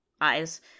eyes